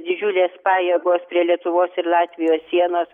didžiulės pajėgos prie lietuvos ir latvijos sienos